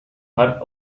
her